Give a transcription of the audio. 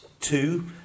Two